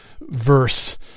verse